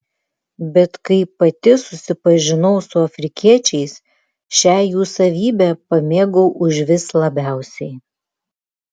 bet kai pati susipažinau su afrikiečiais šią jų savybę pamėgau užvis labiausiai